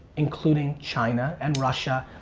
including china and russia.